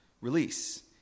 Release